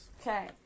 Okay